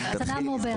במליאה.